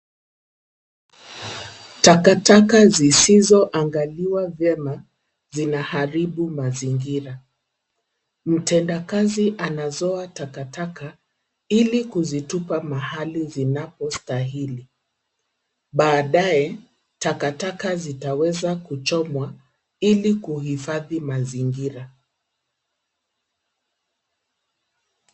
Takataka zisizo angaliwa vyema, zinaharibu mazingira. Mtendakazi anazoa takataka ili kuzitupa mahali inapostahili. Baadaye takataka zitaweza kuchomwa ili kuhifadhi mazingira.